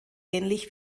ähnlich